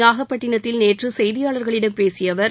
நாகபட்டினத்தில் நேற்று செய்தியாளர்களிடம் பேசிய அவர்